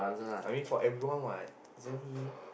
I mean for everyone what isn't he